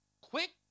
Quick